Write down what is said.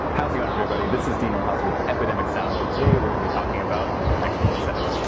how's it going everybody, this is dean rojas with epidemic sound and today we're going to be talking about export settings.